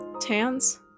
Tans